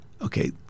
okay